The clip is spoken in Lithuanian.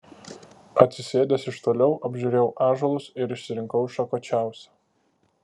atsisėdęs iš toliau apžiūrėjau ąžuolus ir išsirinkau šakočiausią